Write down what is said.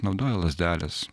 naudoja lazdeles